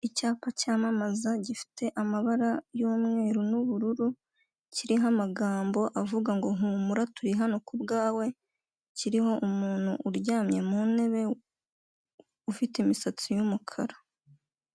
Icyapa cyamamaza gifite amabara y'umweru nubururu kiriho amagambo avuga ngo humura turi hano ku bwawe kiriho umuntu uryamye mu ntebe ufite imisatsi y'umukara.